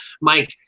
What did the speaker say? Mike